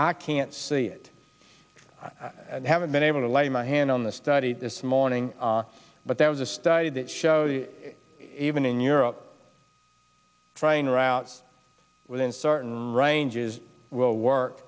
i can't see it and haven't been able to lay my hand on the study this morning but there was a study that showed even in europe train routes within certain ranges will work